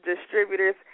distributors